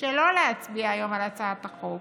שלא להצביע היום על הצעת החוק